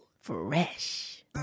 fresh